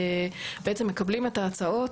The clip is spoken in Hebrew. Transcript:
בעצם מקבלים את ההצעות.